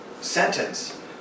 sentence